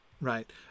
right